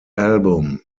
album